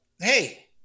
hey